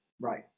Right